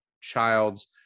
childs